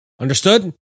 Understood